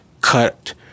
cut